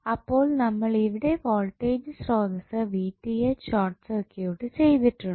അപ്പോൾ നമ്മൾ ഇവിടെ വോൾട്ടേജ് സ്രോതസ്സ് Vth ഷോർട്ട് സർക്യൂട്ട് ചെയ്തിട്ടുണ്ട്